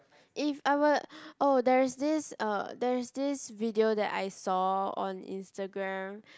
if I would oh there is this uh there is this video that I saw on Instagram